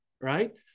right